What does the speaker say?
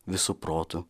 visu protu